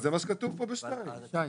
זה מה שכתוב פה בתקנת משנה (2).